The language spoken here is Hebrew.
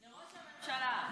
ראש הממשלה.